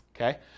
Okay